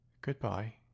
Goodbye